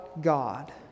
God